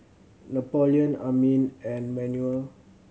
Napoleon Amin and Manuel